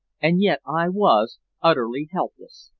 and yet i was utterly helpless.